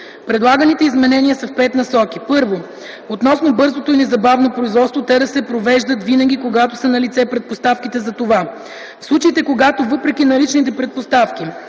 Предлаганите изменения са в пет насоки: 1) относно бързото и незабавното производство – те да се провеждат винаги, когато са налице предпоставките за това, а в случаите когато въпреки наличните предпоставки